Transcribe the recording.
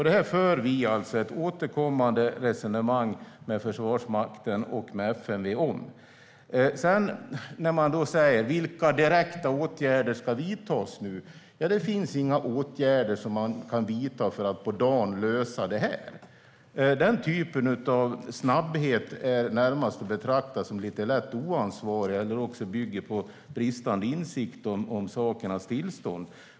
Detta för vi ett återkommande resonemang om med Försvarsmakten och FMV. Man frågar vilka direkta åtgärder som ska vidtas nu, men det finns inga åtgärder som man kan vidta för att lösa detta på en dag. Den typen av snabbhet är närmast att betrakta som lite lätt oansvarig eller byggd på bristande insikt om sakernas tillstånd.